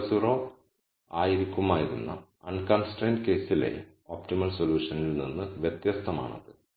0 0 ആയിരിക്കുമായിരുന്ന അൺകൺസ്ട്രൈൻഡ് കേസിലെ ഒപ്റ്റിമൽ സൊല്യൂഷനിൽ നിന്ന് വ്യത്യസ്തമാണത്